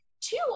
two